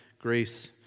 grace